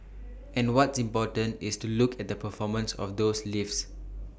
and what's important is to look at the performance of those lifts